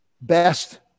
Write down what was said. best